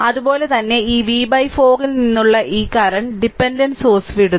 അതുപോലെ തന്നെ ഈ v 4 ൽ നിന്നുള്ള ഈ കറന്റ് ഡിപെൻഡന്റ് സോഴ്സ് വിടുന്നു